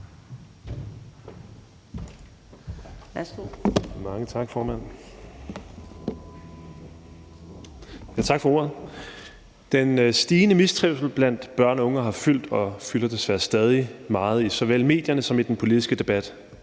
formand. Den stigende mistrivsel blandt børn og unge har fyldt og fylder desværre stadig meget i såvel medierne som i den politiske debat: